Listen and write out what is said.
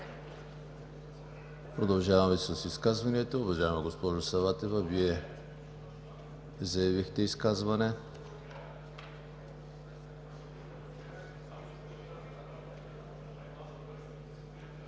Продължаваме с изказванията. Уважаема госпожо Саватева, Вие заявихте изказване.